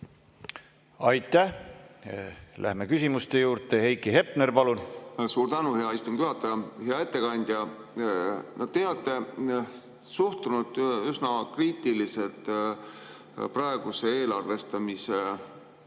Aitäh! Läheme küsimuste juurde. Heiki Hepner, palun! Suur tänu, hea istungi juhataja! Hea ettekandja! Te olete suhtunud üsna kriitiliselt praegusesse eelarvestamise